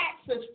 access